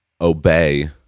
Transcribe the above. obey